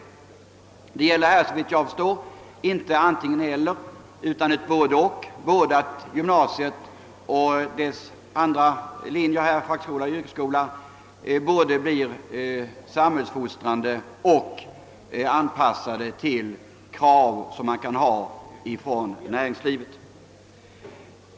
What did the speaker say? Det gäller här såvitt jag förstår inte ett antingen—eller utan ett både—och, så att gymnasiet, fackskolan och yrkesskolan både blir samhällsfostrande och anpassade till krav som man kan ställa från näringslivet.